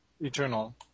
eternal